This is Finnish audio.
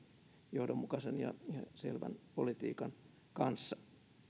johdonmukaisen ja selvän politiikan kanssa